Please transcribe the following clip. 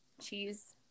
cheese